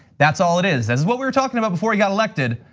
that's all it is. that's what we were talking about before he got elected.